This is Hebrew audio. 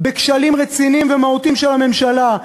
בכשלים רציניים ומהותיים של הממשלה.